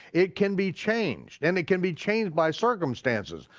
it can be changed, and it can be changed by circumstances,